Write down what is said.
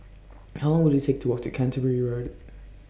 How Long Will IT Take to Walk to Canterbury Road